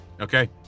Okay